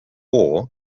war